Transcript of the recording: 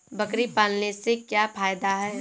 बकरी पालने से क्या फायदा है?